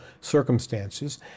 circumstances